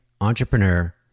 entrepreneur